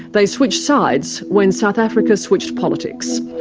they switched sides when south africa switched politics.